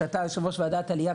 אתה יושב-ראש ועדת עלייה,